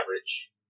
average